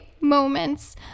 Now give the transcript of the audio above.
moments